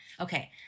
Okay